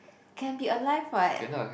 can be alive what